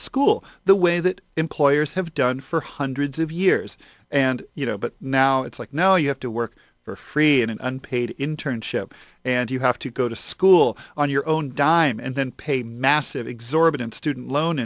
school the way that employers have done for hundreds of years and you know but now it's like no you have to work for free in an unpaid internship and you have to go to school on your own dime and then pay massive exorbitant student loan